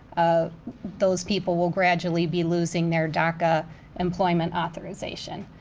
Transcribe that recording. ah those people will gradually be losing their daca employment authorization.